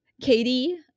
Katie